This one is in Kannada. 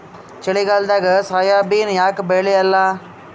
ಚಳಿಗಾಲದಾಗ ಸೋಯಾಬಿನ ಯಾಕ ಬೆಳ್ಯಾಲ?